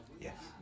Yes